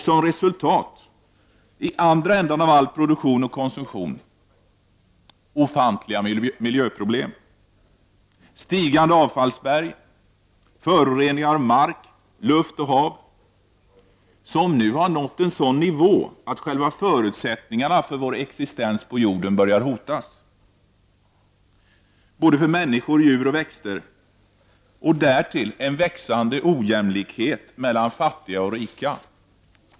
Som resultat, i andra änden av all produktion och konsumtion, får vi ofantliga miljöproblem, stigande avfallsberg, föroreningar av mark, luft och hav. De har nu nått en sådan nivå att själva förutsättningarna för existensen på jorden börjar hotas för såväl människor som djur och växter. Till det kommer en växande ojämlikhet mellan fattiga och rika.